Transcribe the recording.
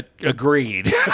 Agreed